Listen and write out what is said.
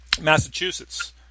Massachusetts